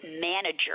manager